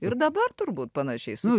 ir dabar turbūt panašiai su